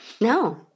No